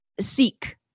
seek